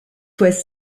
fois